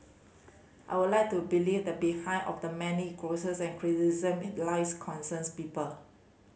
I would like to believe the behind of the many grouses and criticism in the lies concerns people